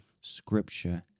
Scripture